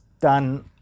done